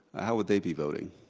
how would they be voting,